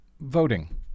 voting